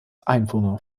einwohner